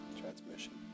transmission